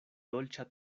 dolĉa